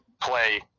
play